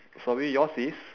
sorry yours is